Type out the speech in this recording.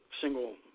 single